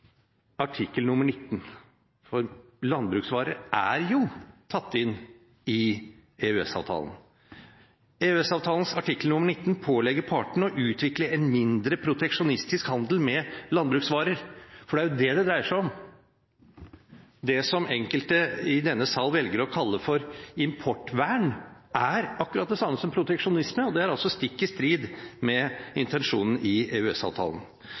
19 – for landbruksvarer er jo tatt inn i EØS-avtalen – som pålegger partene å utvikle en mindre proteksjonistisk handel med landbruksvarer. Det er jo det det dreier seg om. Det som enkelte i denne sal velger å kalle for importvern, er akkurat det samme som proteksjonisme, og det er altså stikk i strid med intensjonen i